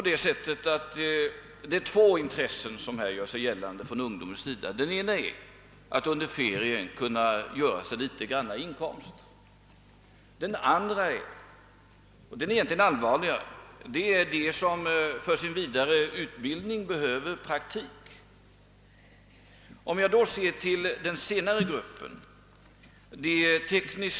Det är ju två intressen som här gör sig gällande från ungdomens sida. Den ena gruppen av ungdomar är den som under ferierna vill skaffa sig inkomster. Den andra gruppen är den som för sin vidare utbildning behöver praktik och alltså har ett mera allvarligt intresse i detta sammanhang.